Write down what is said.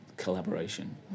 collaboration